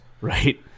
Right